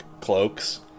cloaks